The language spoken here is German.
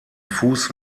fuß